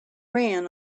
ran